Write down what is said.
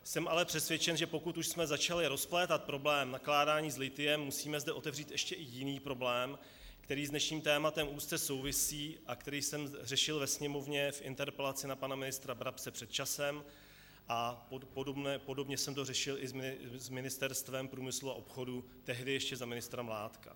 Jsem ale přesvědčen, že pokud už jsme začali rozplétat problém nakládání s lithiem, musíme zde otevřít ještě i jiný problém, který s dnešním tématem úzce souvisí a který jsem řešil ve Sněmovně v interpelaci na pana ministra Brabce před časem, a podobně jsem to řešil i s Ministerstvem průmyslu a obchodu, tehdy ještě za ministra Mládka.